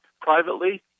privately